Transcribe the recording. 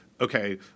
okay